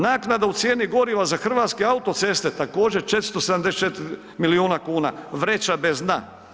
Naknada u cijeni goriva za Hrvatske autoceste, također 474 milijuna kuna, vreća bez dna.